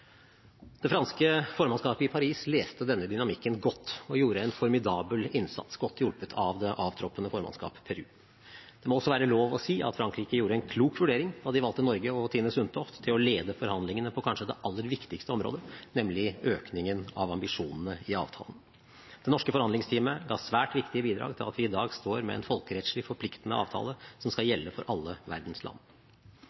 Det franske formannskapet i Paris leste denne dynamikken godt og gjorde en formidabel innsats, godt hjulpet av det avtroppende formannskapet Peru. Det må også være lov å si at Frankrike gjorde en klok vurdering da de valgte Norge og Tine Sundtoft til å lede forhandlingene på kanskje det aller viktigste området, nemlig økningen av ambisjonene i avtalen. Det norske forhandlingsteamet ga svært viktige bidrag til at vi i dag står med en folkerettslig forpliktende avtale som skal